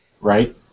Right